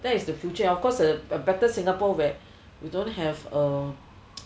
that is the future of course uh a better singapore where we don't have a